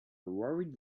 worried